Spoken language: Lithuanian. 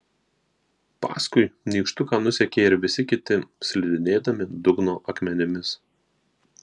paskui nykštuką nusekė ir visi kiti slidinėdami dugno akmenimis